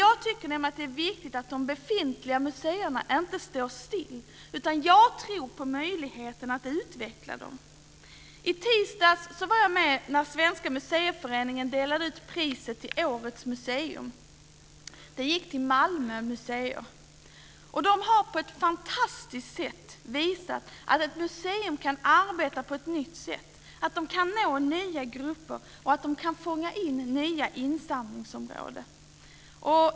Jag tycker nämligen att det är viktigt att de befintliga museerna inte står still. Jag tror på möjligheten att utveckla dem. I tisdags var jag med när Svenska Museiföreningen delade ut priset till årets museum, som gick till Malmö museer. De har på ett fantastiskt sätt visat att ett museum kan arbeta på ett nytt sätt, nå nya grupper och fånga in nya insamlingsområden.